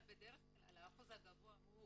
אבל בדרך כלל השיעור הגבוה הוא